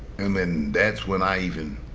and then that's when i even